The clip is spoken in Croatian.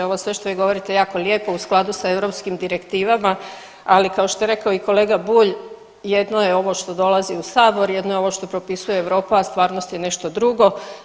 Ovo sve što vi govorite je jako lijepo u skladu sa eu direktivama, ali kao što je rekao i kolega Bulj, jedno je ovo što dolazi u sabor, jedno je ovo što propisuje Europa, a stvarnost je nešto drugo.